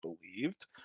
believed